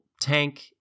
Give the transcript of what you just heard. tank